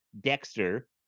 Dexter